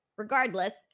Regardless